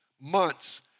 months